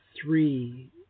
three